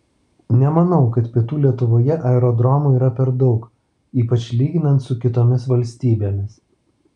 nemanau kad pietų lietuvoje aerodromų yra per daug ypač lyginant su kitomis valstybėmis